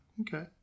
Okay